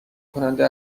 کننده